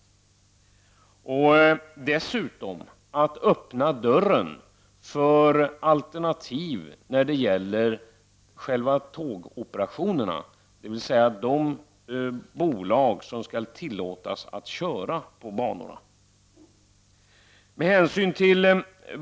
Man måste dessutom öppna dörren för alternativ när det gäller tågoperatörerna, dvs. de bolag som skall tillåtas att bedriva tågtrafik på banorna.